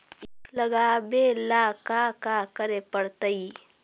ईख लगावे ला का का करे पड़तैई?